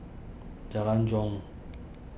Jalan Jong